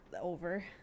over